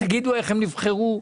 תגידו איך הם נבחרו,